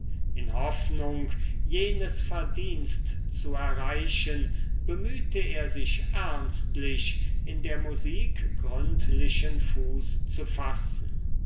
in hoffnung jenes verdienst zu erreichen bemühte er sich ernstlich in der musik gründlichen fuß zu fassen